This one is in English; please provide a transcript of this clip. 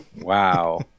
Wow